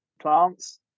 plants